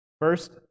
First